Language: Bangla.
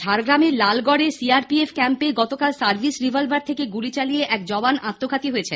ঝাড়গ্রামের লালগড়ে সিআরপিএফ ক্যাম্পে গতকাল সার্ভিস রিভলবার থেকে গুলি চালিয়ে এক জওয়ান আত্মঘাতী হয়েছেন